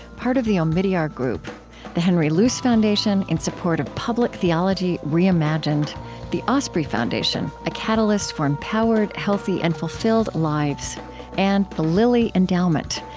part of the omidyar group the henry luce foundation, in support of public theology reimagined the osprey foundation a catalyst for empowered healthy, and fulfilled lives and the lilly endowment,